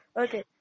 Okay